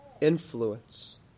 influence